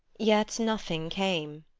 yet nothing came.